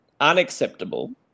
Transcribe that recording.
unacceptable